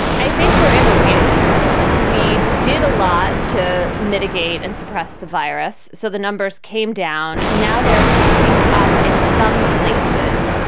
i think we're in a waiting period. we did a lot to mitigate and suppress the virus. so the numbers came down. now they're ticking up in some places.